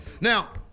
Now